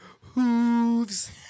Hooves